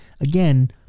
again